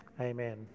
Amen